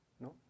No